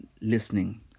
listening